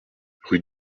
rue